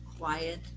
quiet